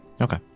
Okay